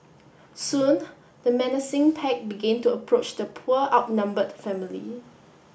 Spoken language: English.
soon the menacing pack begin to approach the poor outnumbered family